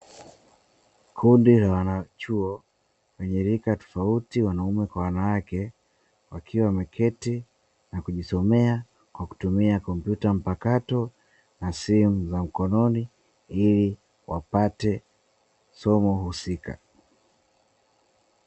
Kundi la wanachuo wenye rika tofauti, wanaume kwa wanawake wakiwa wameketi na kujisomea kwa kutumia kompyuta mpakato na simu za mkononi ili wapate somo husika.